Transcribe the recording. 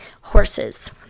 horses